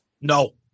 No